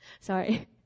Sorry